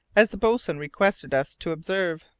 as the boatswain requested us to observe.